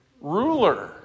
ruler